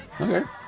Okay